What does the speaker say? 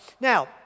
Now